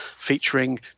featuring